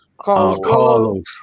Carlos